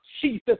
Jesus